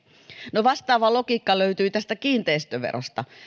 no vastaava logiikka löytyi kiinteistöverosta